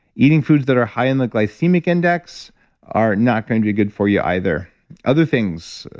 eating foods that are high in the glycemic index are not going to be good for you either other things.